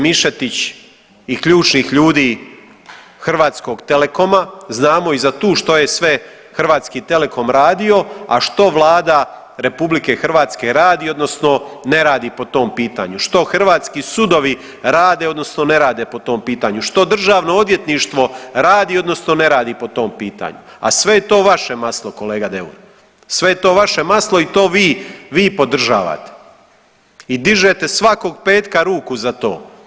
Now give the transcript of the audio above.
Mišetić i ključnih ljudi Hrvatskog Telekoma, znamo i za tu što je sve Hrvatski Telekom radio, a što Vlada RH radi odnosno ne radi po tom pitanju, što hrvatski sudovi rade odnosno ne rade po tom pitanju, što državno odvjetništvo radi odnosno ne radi po tom pitanju, a sve je to vaše maslo kolega Deur, sve je to vaše maslo i to vi, vi podržavate i dižete svakog petka ruku za to.